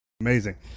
amazing